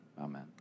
Amen